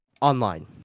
online